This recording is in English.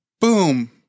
boom